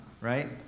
right